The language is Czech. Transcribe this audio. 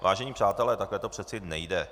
Vážení přátelé, takhle to přece nejde!